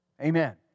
Amen